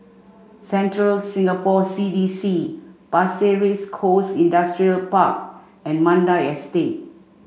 Central Singapore C D C Pasir Ris Coast Industrial Park and Mandai Estate